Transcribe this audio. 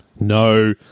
No